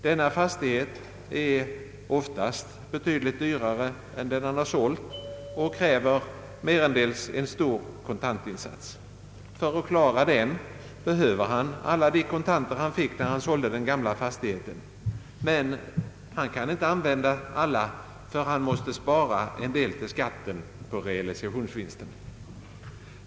Denna fastighet är i regel betydligt dyrare än den han har sålt och kräver merendels en stor kontantinsats. För att klara den behöver han alla de kontanter han fick när han sålde den gamla fastigheten. Men han kan inte använda alla, ty han måste spara en del till skatten på realisationsvinsten.